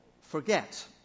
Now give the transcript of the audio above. forget